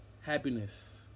happiness